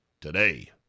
today